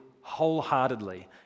wholeheartedly